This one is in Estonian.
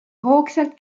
hoogsalt